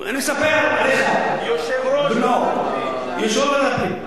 יושב-ראש ועדת הפנים.